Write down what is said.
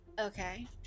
Okay